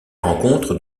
rencontre